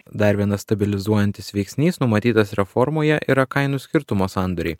dar vienas stabilizuojantis veiksnys numatytas reformoje yra kainų skirtumo sandoriai